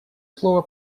слово